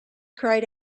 cried